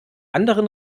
anderen